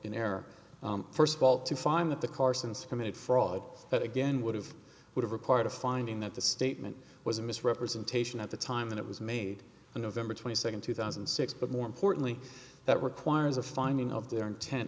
error first of all to find that the car since committed fraud that again would have would have required a finding that the statement was a misrepresentation at the time that it was made in november twenty second two thousand and six but more importantly that requires a finding of their intent